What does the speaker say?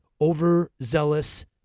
overzealous